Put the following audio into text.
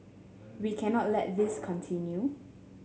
we cannot let this continue